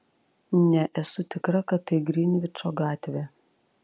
ne esu tikra kad tai grinvičo gatvė